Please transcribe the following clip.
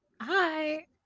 Hi